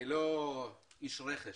אני לא איש רכש